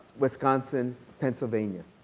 wisconsin, pennsylvania.